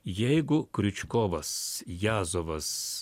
jeigu kriučkovas jazovas